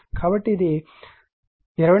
కాబట్టి ఇది 2478